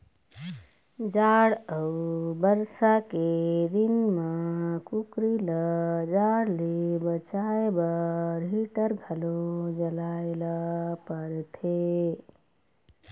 जाड़ अउ बरसा के दिन म कुकरी ल जाड़ ले बचाए बर हीटर घलो जलाए ल परथे